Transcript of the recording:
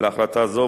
להחלטה זו,